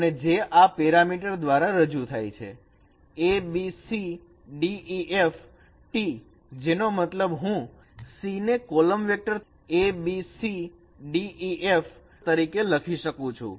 અને જે આ પેરામીટર દ્વારા રજૂ થાય છે T જેનો મતલબ હું C ને column vector a b c d e f તરીકે લખી શકું છું